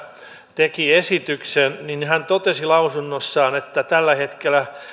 teki esityksen niin hän totesi lausunnossaan että tällä hetkellä